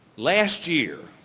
last year,